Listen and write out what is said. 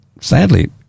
sadly